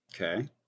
okay